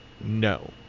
No